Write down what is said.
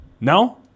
No